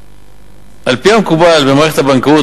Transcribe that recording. על-פי המקובל במערכת הבנקאות,